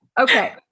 Okay